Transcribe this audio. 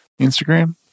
Instagram